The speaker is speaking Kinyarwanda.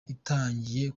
itangiye